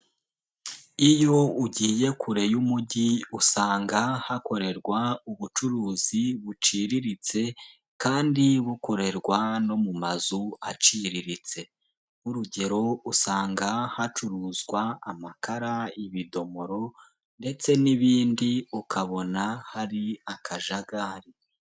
Iyo ugiye kure y'umugi usanga hakorerwa ubucuruzi buciriritse, kandi bukorerwa no mu mazu aciriritse. Nk'urugero usanga hacuruzwa amakara, ibidomoro, ndetse n'ibindi ukabona hari akajagari.